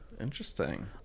interesting